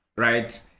Right